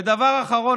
ודבר אחרון,